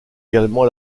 également